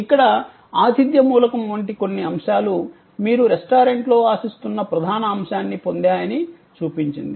ఇక్కడ ఆతిథ్య మూలకం వంటి కొన్ని అంశాలు మీరు రెస్టారెంట్లో ఆశిస్తున్న ప్రధాన అంశాన్ని పొందాయని చూపించింది